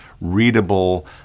readable